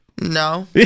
No